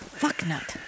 fucknut